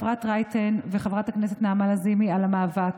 אפרת רייטן וחברת הכנסת נעמה לזימי על המאבק,